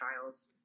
trials